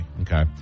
Okay